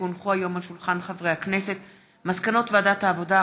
כי הונחו היום על שולחן הכנסת מסקנות ועדת העבודה,